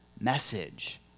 message